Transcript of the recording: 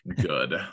good